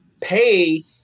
pay